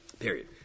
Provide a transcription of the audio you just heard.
Period